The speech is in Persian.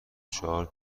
چهار